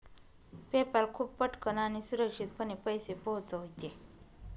PayPal खूप पटकन आणि सुरक्षितपणे पैसे पोहोचविते